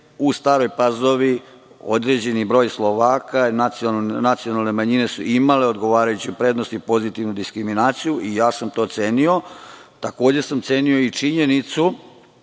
u Staroj Pazovi određeni broj Slovaka i nacionalne manjine su imale odgovarajuću prednost i pozitivnu diskriminaciju. To sam cenio. Takođe sam cenio i činjenicu